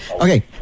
Okay